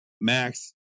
Max